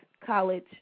college